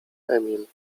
emil